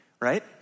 right